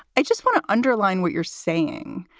i just want to underline what you're saying,